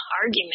argument